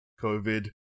COVID